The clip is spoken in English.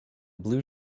blue